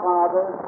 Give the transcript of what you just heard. Father